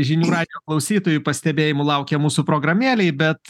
žinių radijo klausytojų pastebėjimų laukiam mūsų programėlėj bet